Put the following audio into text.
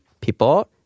people